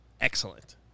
excellent